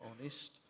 honest